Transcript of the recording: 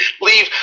leave